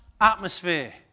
atmosphere